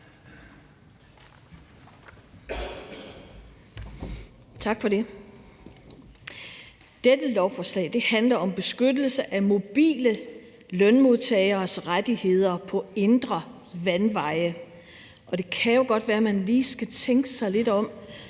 Tak for det. Dette lovforslag handler om beskyttelse af mobile lønmodtagernes rettigheder på indre vandveje, og det kan jo godt være, at man lige skal tænke sig lidt om,